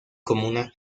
comuna